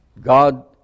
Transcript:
God